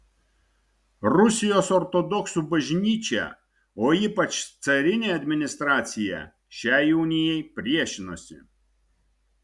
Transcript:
rusijos ortodoksų bažnyčia o ypač carinė administracija šiai unijai priešinosi